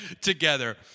together